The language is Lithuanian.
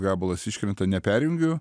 gabalas iškrenta neperjungiu